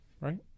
right